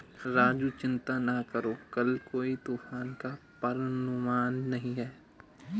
राजू चिंता ना करो कल कोई तूफान का पूर्वानुमान नहीं है